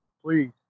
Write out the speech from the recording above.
please